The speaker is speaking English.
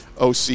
OC